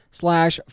slash